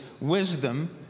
wisdom